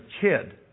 kid